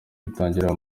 itangira